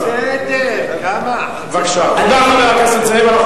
חבר הכנסת זאב,